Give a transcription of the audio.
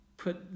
put